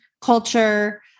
culture